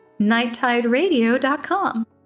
nighttideradio.com